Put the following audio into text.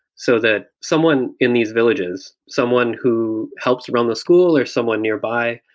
so that someone in these villages, someone who helps around the school or someone nearby,